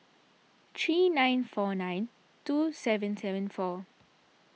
three nine four nine two seven seven four